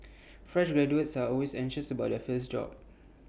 fresh graduates are always anxious about their first job